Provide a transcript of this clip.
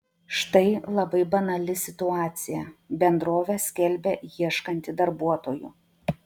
štai labai banali situacija bendrovė skelbia ieškanti darbuotojų